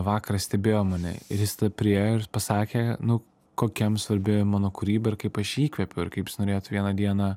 vakarą stebėjo mane ir jis tada priėjo ir pasakė nu kokia jam svarbi mano kūryba ir kaip aš jį įkvepiu ir kaip jis norėtų vieną dieną